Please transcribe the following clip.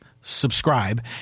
subscribe